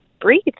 breathe